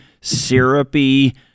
syrupy